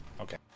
Okay